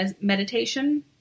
meditation